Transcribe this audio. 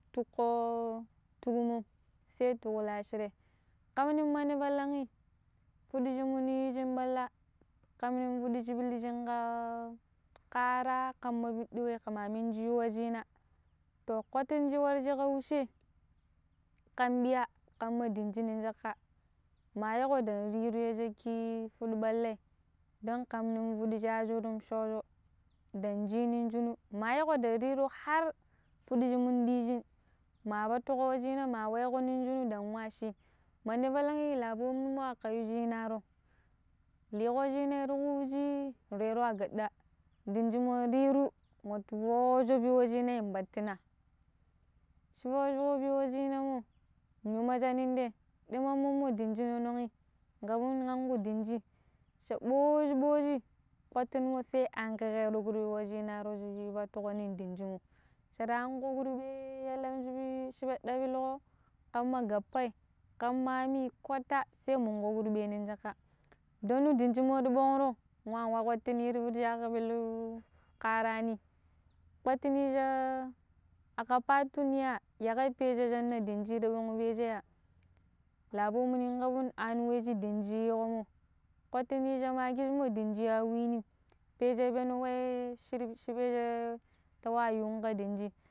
Tukko turmo sai to lashire kam nin mandi palang i fudushi munu yishi balla kamnin pidi shi piljin kaa kaara kaman pidi wei kama minji wei shina to kwatin shi ka warjin ka bishe kan biya kamma dinji ni jaka ma yeeƙo dan yireeyo jaki fuɗu ɓalla don kamnin fudu shi a fuddun shojjo dan ji nunjunu ma weƙo de reeru har fudiji mun diji ma batugo wei jina ma weƙo nin juna dan wa shi mandi balang i labonimo akayi shinaro liƙo shina tuƙo wuji ti reira wo gadda dinji mo watu reru watu fojon wa shinai battina shi fujugobino shina mo ni yi wo maja nindai dima wunmo dinji na noi kabun ni anƙu dinjim sha boji boji pattinmo sai ankaƙero kurɓe wa shinaro shiri batuƙeronin dinji mo sha ra anƙo kurbe yallam shi b shi bedo pilluƙo kamma gappai kamma aami kwata sai mungo kurbe nin jakka dannu dinji mo ti bongro ma wa pattinin shi anka pilu kaara ni pattini sha aka patu niya yagai peje shana dinji ta wumo peje ya laboni mu kabun aniwe shin dinji yiwo mo pattinin sha ma kijimo dinji a weenin peje banu wei shiri shi beje ta wa yu ka dinji